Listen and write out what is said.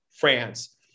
France